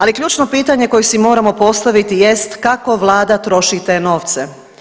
Ali ključno pitanje koje si moramo postaviti jest kako vlada troši te novce?